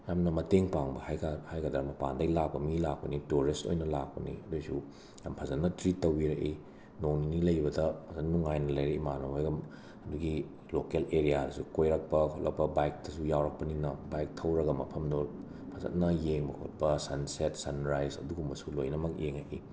ꯌꯥꯝꯅ ꯃꯇꯦꯡ ꯄꯥꯡꯕ ꯍꯥꯏꯇꯥ ꯍꯥꯏꯒꯗ꯭ꯔ ꯃꯄꯥꯟꯗꯩ ꯂꯥꯛꯄ ꯃꯤ ꯂꯥꯛꯄꯅꯤ ꯇꯨꯔꯤꯁ ꯑꯣꯏꯅ ꯂꯥꯛꯄꯅꯤ ꯑꯗꯨꯏꯁꯨ ꯌꯥꯝꯅ ꯐꯖꯟꯅ ꯇ꯭ꯔꯤꯠ ꯇꯧꯕꯤꯔꯛꯏ ꯅꯣꯡ ꯅꯤꯅꯤ ꯂꯩꯕꯗ ꯐꯖꯟꯅ ꯅꯨꯡꯉꯥꯏꯅ ꯂꯩꯔꯛꯏ ꯏꯃꯥꯟꯅꯕꯩꯒ ꯑꯗꯒꯤ ꯂꯣꯀꯦꯜ ꯑꯔꯤꯌꯥꯗꯁꯨ ꯀꯣꯏꯔꯛꯄ ꯈꯣꯠꯂꯛꯄ ꯕꯥꯏꯛꯇꯨꯁꯨ ꯌꯥꯎꯔꯛꯄꯅꯤꯅ ꯕꯥꯏꯛ ꯊꯧꯔꯒ ꯃꯐꯝꯗꯣ ꯐꯖꯟꯅ ꯌꯦꯡꯕ ꯈꯣꯠꯄ ꯁꯟꯁꯦꯠ ꯁꯟꯔꯥꯏꯁ ꯑꯗꯨꯒꯨꯝꯕꯁꯨ ꯂꯣꯏꯅꯃꯛ ꯌꯦꯡꯉꯛꯏ